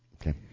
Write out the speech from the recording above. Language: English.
Okay